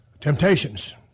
temptations